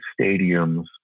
stadiums